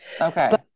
Okay